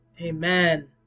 amen